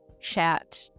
chat